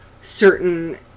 certain